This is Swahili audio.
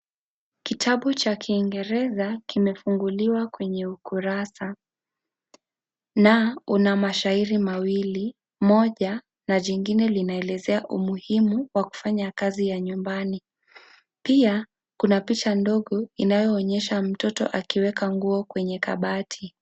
Kitabu cha kiingereza kimefunguliwa kwenye ukurasa na una mashairi mawili , moja na jingine linaelezea umuhimu wa kufanya kazi nyumbani pia kuna picha ndogo inayoonyesha mtoto akiweka nguo kwenye kabati.